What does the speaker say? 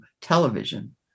television